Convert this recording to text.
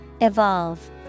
Evolve